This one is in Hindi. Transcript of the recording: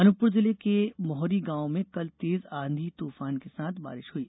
अनूपपुर जिले के मोहरी गॉव में कल तेज आधी तूफान के साथ बारिश हुई